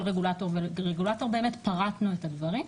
לכל רגולטור ורגולטור פרטנו את הדברים.